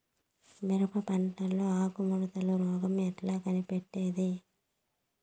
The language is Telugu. మిరప పంటలో ఆకు ముడత రోగం ఎట్లా కనిపెట్టేది?